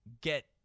get